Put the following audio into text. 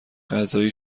غذایی